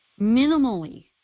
minimally